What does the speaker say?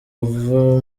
uva